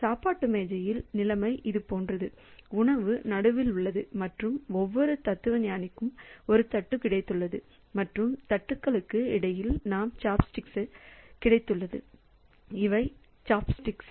சாப்பாட்டு மேசையில் நிலைமை இதுபோன்றது உணவு நடுவில் உள்ளது மற்றும் ஒவ்வொரு தத்துவஞானிக்கும் ஒரு தட்டு கிடைத்துள்ளது மற்றும் தட்டுகளுக்கு இடையில் நமக்கு சாப்ஸ்டிக்ஸ் கிடைத்துள்ளன இவை சாப்ஸ்டிக்ஸ்